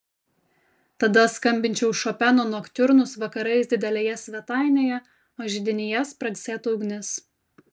tada skambinčiau šopeno noktiurnus vakarais didelėje svetainėje o židinyje spragsėtų ugnis